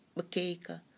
bekeken